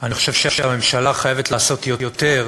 אני חושב שהממשלה חייבת לעשות יותר,